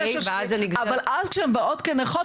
אבל אז כשהן באות כנכות,